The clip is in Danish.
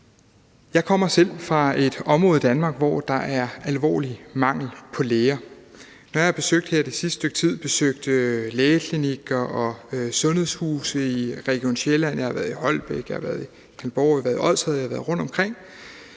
Jeg kommer selv fra et område i Danmark, hvor der er alvorlig mangel på læger. Når jeg her det sidste stykke tid har besøgt lægeklinikker og sundhedshuse i Region Sjælland – jeg har været i Holbæk, jeg har været i Kalundborg